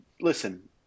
Listen